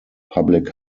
public